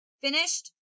Finished